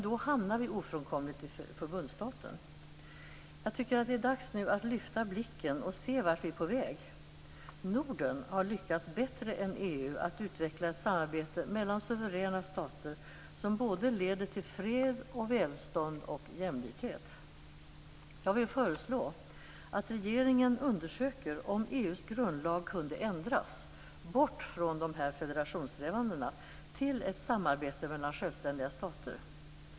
Då hamnar vi ofrånkomligt i förbundsstaten. Det är dags att lyfta blicken och se vart vi är på väg. Norden har lyckats bättre än EU att utveckla ett samarbete mellan suveräna stater som både leder till fred, välstånd och jämlikhet. Jag vill föreslå att regeringen undersöker om EU:s grundlag kan ändras, bort från dessa federationssträvanden till ett samarbete mellan självständiga stater.